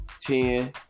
ten